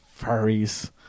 furries